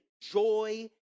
joy